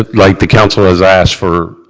ah like the council has asked for,